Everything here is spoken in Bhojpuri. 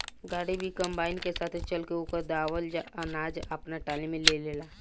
गाड़ी भी कंबाइन के साथे चल के ओकर दावल अनाज आपना टाली में ले लेला